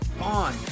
on